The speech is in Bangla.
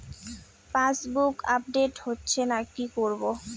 পাসবুক আপডেট হচ্ছেনা কি করবো?